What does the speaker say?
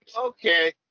Okay